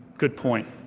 good point.